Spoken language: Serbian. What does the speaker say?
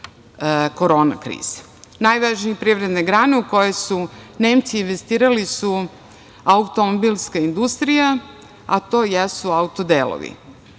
korona krize. Najvažnija privredna grana u koju su Nemci investirali je automobilska industrija, a to jesu auto-delovi.